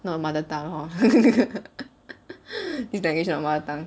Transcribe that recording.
not mother tongue hor this language not mother tongue